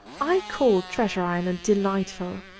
i call treasure island delight ful,